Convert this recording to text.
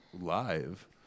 live